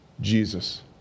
Jesus